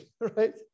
right